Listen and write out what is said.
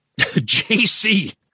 JC